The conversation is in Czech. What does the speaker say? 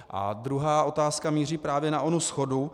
A druhá otázka míří právě na onu shodu.